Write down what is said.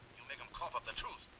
make them cough up the truth.